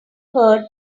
heard